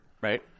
Right